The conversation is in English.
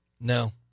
no